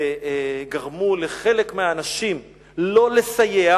וגרמו לחלק מהאנשים לא לסייע